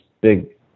big